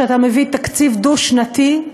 שאתה מביא תקציב דו-שנתי,